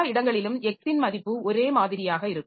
எல்லா இடங்களிலும் X ன் மதிப்பு ஒரே மாதிரியாக இருக்கும்